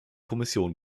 kommission